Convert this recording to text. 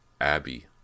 Abby